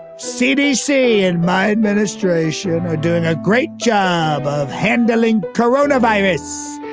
cdc and my administration are doing a great job of handling corona virus,